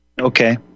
Okay